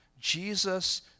Jesus